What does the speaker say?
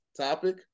topic